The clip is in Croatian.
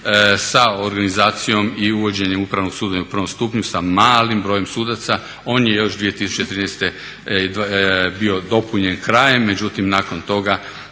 sa organizacijom i uvođenjem upravnog sudovanja u prvom stupnju sa malim brojem sudaca. On je još 2013. bio dopunjen krajem, međutim nakon toga